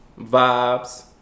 vibes